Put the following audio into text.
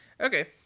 Okay